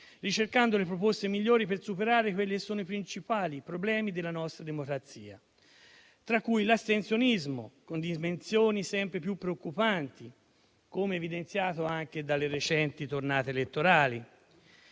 ricercando le proposte migliori per superare quelli che sono i principali problemi della nostra democrazia, tra cui l'astensionismo, con dimensioni sempre più preoccupanti, come evidenziato anche dalle recenti tornate elettorali,